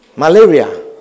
Malaria